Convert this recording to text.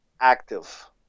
active